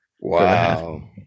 Wow